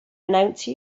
announce